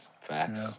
Facts